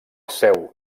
seu